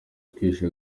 twiheshe